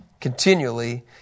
continually